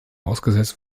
ausgesetzt